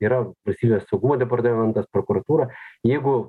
yra valstybės saugumo departamentas prokuratūra jeigu